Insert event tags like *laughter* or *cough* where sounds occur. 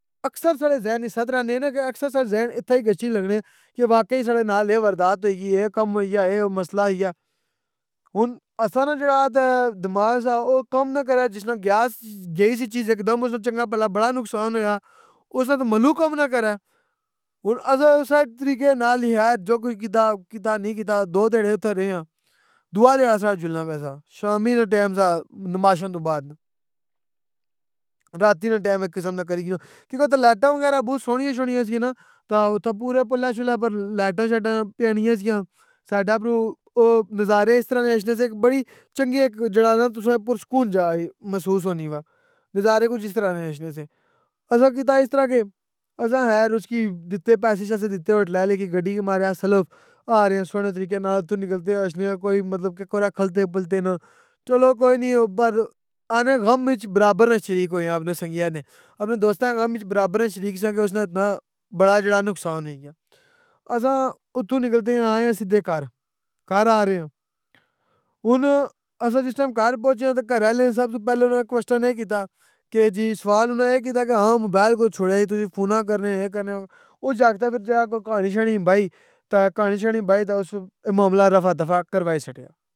اکثر ساڈے ذہن اچ ست رہنے نے کہ اکثر ساڈے ذہن اتھے ای گچھی لگنے کہ واقعی ساڈے نال اے واردات ہوئی گئی اے کام ہوئی گیا اے مسئلہ ہوئی گیا۔ ہن اساں نہ جیڑا تہ دماغ سہ او کام نہ کرے جِس ٹیم گیس گئی سی چیز اک دم اُس چنگا بھلا بڑا نقصان ہویا۔ اُس وقت مینو کام نہ کرے۔ ہن اساں طریقے نال نی خیر جو کچھ کیتا کیتا نی کیتا دو دیہاڑے اوتھے رئے آں۔ دووا دن اساں نہ جلنا پے سہ۔ شامی ما ٹیم سہ، نماشاں توں بعد۔ *hesitation* راتی na ٹیم ایک قسم نہ کری گنو۔ کیونکہ اتھے لیتاں وغیرہ بہت سوہنیاں شونیاں سیاں نہ تہ اتھے پورے پلاں شولاں پرلائٹاں شائٹاں پنیاں سیاں، ساڈے اپروں نظارے اِس طرح نے اشنے سے اک بڑی چنگی اک جیڑا نہ تُساں پرسکون جگہ ای محسوس ہونی وا، نظارے کچھ اِس طرح نے اشنے سے۔ اساں کیتا اِس طرح کہ اساں خیر اُسکی دتے پیسے شیسے دتے *unintelligible* گڈی کی ماریا سلف، آریاں سوہنے طریقے نال اتھوں نکلنے آں اشنے آں کوئی مطلب کہ کورا کھلتے پلتے نہ، چلو کوئی نئ او پرآخنے غم اچ برابر نہ شریک ہویا اپنے سنگیاں نے، اپنے دوستاں نے غم اچ برابر نہ شریک ساں کہ اُسنا اِتنا بڑا جیڑا نقصان ہوئی گیا۔ اساں اتھوں نکلتے آئے آں سدّے گھار، گھار آرے آں، ہن اساں جِس ٹیم گھر پہنچی آں تہ گھر آلے سب سوں پہلے اناں قوسٹن اے کتا کہ جی سوال اناں اے کیتا کہ ہاں موبائل کور چھوڑیا ای تُساں کی فوناں کرنے اے کرنے او کرنے۔ اُس جاکتا نے فر جیڑا ہے کوئی کہانی شانی بائی۔ تہ کہانی شانی بائی تہ اُس معاملہ رفع دفع کروائی سٹیا۔